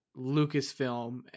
Lucasfilm